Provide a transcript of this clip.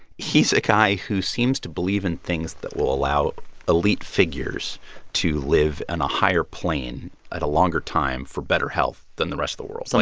he's a guy who seems to believe in things that will allow elite figures to live on a higher plane at a longer time for better health than the rest of the world. so